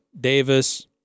Davis